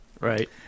Right